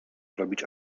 robić